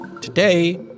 Today